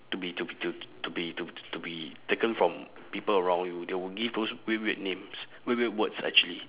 to be to be to be to to be taken from people around you they will give those weird weird names weird weird words actually